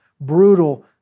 brutal